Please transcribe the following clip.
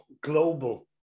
global